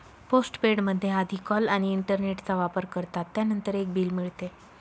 postpaid मध्ये आधी call आणि इंटरनेटचा वापर करतात, त्यानंतर एक बिल मिळते